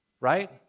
Right